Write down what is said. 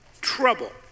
trouble